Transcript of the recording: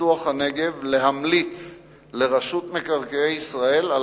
לפיתוח הנגב להמליץ לרשות מקרקעי ישראל על